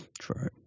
True